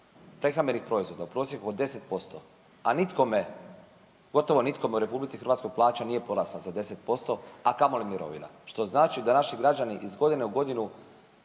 prehrambenih proizvoda u prosjeku od 10%, a nikome, gotovo nikome u RH plaća nije porasla za 10%, a kamoli mirovina, što znači da naši građani iz godine u godinu